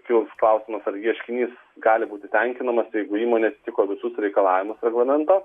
kils klausimas ar ieškinys gali būti tenkinamas jeigu įmonė atitiko visų reikalavimus reglamento